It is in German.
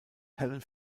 helen